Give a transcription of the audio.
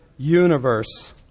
Universe